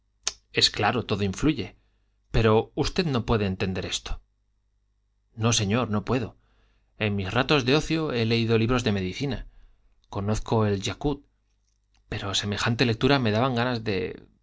es claro todo influye pero usted no puede entender esto no señor no puedo en mis ratos de ocio he leído libros de medicina conozco el jaccoud pero semejante lectura me daba ganas de